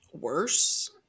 worse